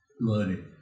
learning